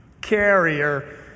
carrier